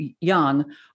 Young